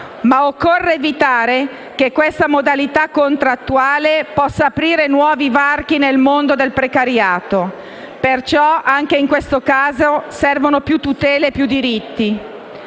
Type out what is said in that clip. Ma occorre evitare che questa modalità contrattuale possa aprire nuovi varchi nel mondo del precariato. Perciò, anche in questo caso, servono più tutele e più diritti.